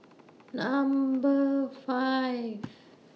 Number five